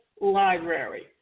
library